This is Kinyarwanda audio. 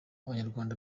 abanyarwanda